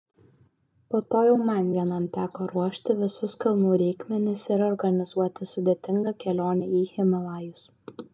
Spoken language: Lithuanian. po to jau man vienam teko ruošti visus kalnų reikmenis ir organizuoti sudėtingą kelionę į himalajus